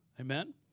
Amen